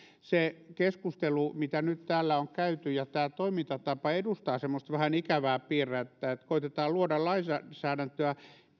se keskustelu mitä nyt täällä on käyty ja tämä toimintatapa edustavat semmoista vähän ikävää piirrettä että koetetaan luoda lainsäädäntöä